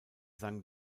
sang